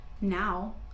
now